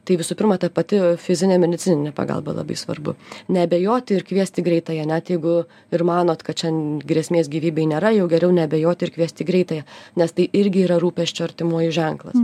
tai visų pirma ta pati fizinė medicininė pagalba labai svarbu neabejoti ir kviesti greitąją net jeigu ir manot kad čia grėsmės gyvybei nėra jau geriau neabejoti ir kviesti greitąją nes tai irgi yra rūpesčio artimuoju ženklas